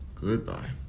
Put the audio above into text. Goodbye